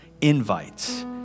Invites